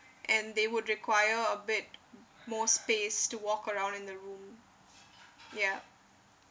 and they would require a bit more space to walk around in the room yup